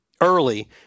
early